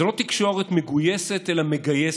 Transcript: זו לא תקשורת מגויסת אלא מגייסת,